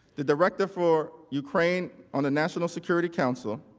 the director for ukraine on a national security council.